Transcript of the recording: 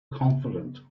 confident